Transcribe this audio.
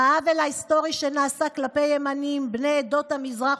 העוול ההיסטורי שנעשה כלפי ימנים בני עדות המזרח,